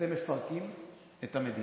אתם מפרקים את המדינה,